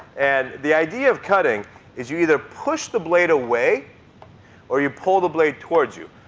and the idea of cutting is you either push the blade away or you pull the blade towards you.